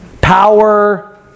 Power